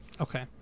Okay